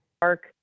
park